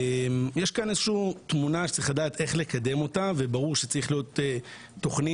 יש כאן תמונה שצריך לדעת איך לקדם אותה וברור שצריכה להיות תכנית